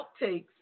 outtakes